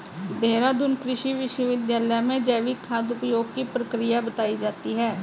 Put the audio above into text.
देहरादून कृषि विश्वविद्यालय में जैविक खाद उपयोग की प्रक्रिया बताई जाती है